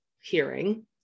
hearing